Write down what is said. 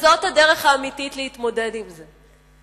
וזו הדרך האמיתית להתמודד עם זה.